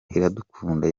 iradukunda